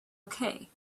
okay